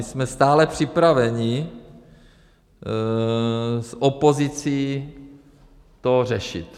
Jsme stále připraveni s opozicí to řešit.